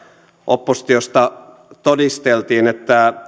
oppositiosta todisteltiin että